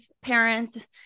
parents